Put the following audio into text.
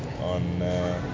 on